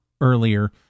earlier